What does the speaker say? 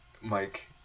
Mike